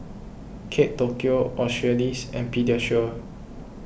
Kate Tokyo Australis and Pediasure